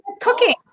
cooking